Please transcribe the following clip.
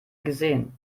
gesehen